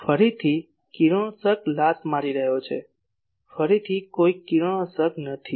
ફરીથી કિરણોત્સર્ગ લાત મારી રહ્યો છે ફરીથી કોઈ કિરણોત્સર્ગ નથી